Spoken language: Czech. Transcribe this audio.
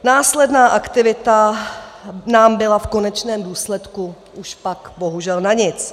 Následná aktivita nám byla v konečném důsledku už pak bohužel na nic.